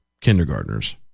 kindergartners